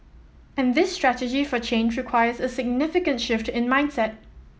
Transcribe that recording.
and this strategy for change requires a significant shift in mindset